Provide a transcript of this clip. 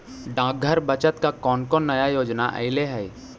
डाकघर बचत का कौन कौन नया योजना अइले हई